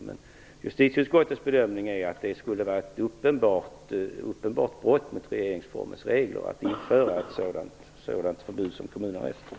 Men justitieutskottets bedömning är att det skulle vara ett uppenbart brott mot regeringsformens regler att införa en åtgärd som kommunarrest.